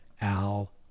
Al